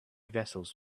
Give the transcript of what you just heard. vessels